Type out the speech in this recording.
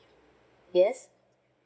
yes